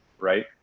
right